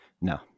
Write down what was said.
No